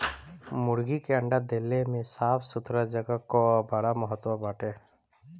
मुर्गी के अंडा देले में साफ़ सुथरा जगह कअ बड़ा महत्व बाटे